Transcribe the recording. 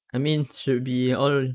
I mean should be all